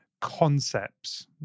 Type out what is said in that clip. concepts